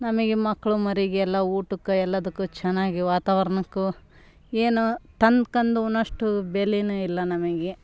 ನಮಗೆ ಮಕ್ಳು ಮರಿಗೆಲ್ಲ ಊಟಕ್ಕೆ ಎಲ್ಲದಕ್ಕೂ ಚೆನ್ನಾಗಿ ವಾತಾವರ್ಣಕ್ಕೂ ಏನು ತಂದ್ಕೊಂಡು ಉಣಷ್ಟು ಬೆಲೆಯೂ ಇಲ್ಲ ನಮಗೆ